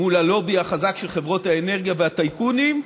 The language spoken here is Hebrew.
מול הלובי החזק של חברות האנרגיה והטייקונים,